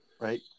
right